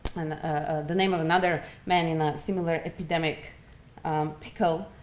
and ah the name of another man in a similar epidemic pickle.